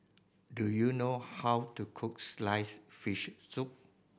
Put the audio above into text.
do you know how to cook sliced fish soup